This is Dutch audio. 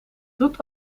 doet